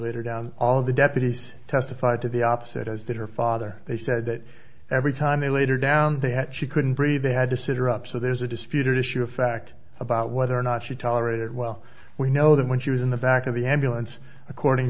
later down all of the deputies testified to the opposite is that her father they said that every time they later down they had she couldn't breathe they had to sit or up so there's a disputed issue of fact about whether or not she tolerated well we know that when she was in the back of the ambulance according